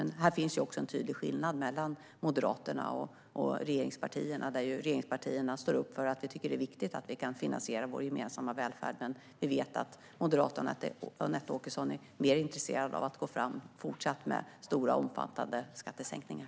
Men här finns också en tydlig skillnad mellan Moderaterna och regeringspartierna. Vi i regeringspartierna står upp för att vi tycker att det är viktigt att vi kan finansiera vår gemensamma välfärd, men vi vet att Moderaterna och Anette Åkesson är mer intresserade av att fortsatt gå fram med stora och omfattande skattesänkningar.